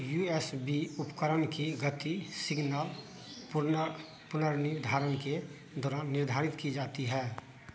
you S B उपकरण की गति सिग्नल पुनर पुनर्निधारण के दौरान निर्धारित की जाती है